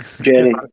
Jenny